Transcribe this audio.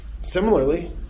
similarly